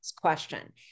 question